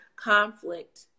conflict